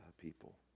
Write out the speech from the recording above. people